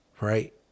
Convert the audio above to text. right